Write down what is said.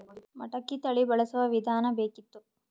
ಮಟಕಿ ತಳಿ ಬಳಸುವ ವಿಧಾನ ಬೇಕಿತ್ತು?